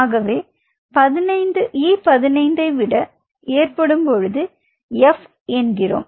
ஆகவே E15 விட ஏற்படும்பொழுது எஃப் என்கிறோம்